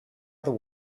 other